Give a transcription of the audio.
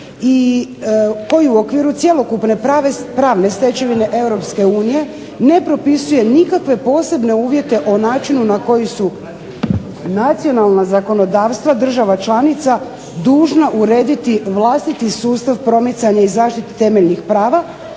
i koji u okviru cjelokupne pravne stečevine EU ne propisuje nikakve posebne uvjete o načinu na koji su nacionalna zakonodavstva država članica dužna urediti vlastiti sustav promicanja i zaštite temeljnih prava,